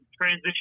transition